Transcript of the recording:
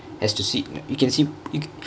as to see you can see